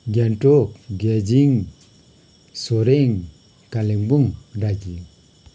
गान्तोक गेजिङ सोरेङ कालेबुङ दार्जिलिङ